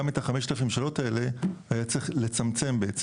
גם את ה-5,000 שאלות האלה היה צריך לצמצם בעצם.